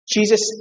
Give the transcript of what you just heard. Jesus